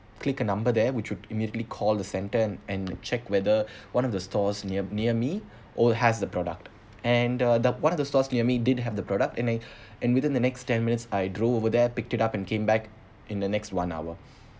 click a number there we should immediately call the centre and and check whether one of the stores near near me or has the product and the the one of the stores near me did have the product and I and within the next ten minutes I drove over there picked it up and came back in the next one hour